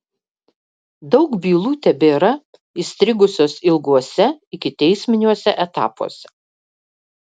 daug bylų tebėra įstrigusios ilguose ikiteisminiuose etapuose